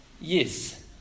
yes